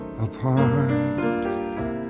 apart